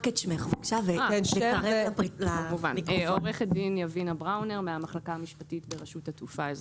אני מהמחלקה המשפטית ברשות התעופה האזרחית.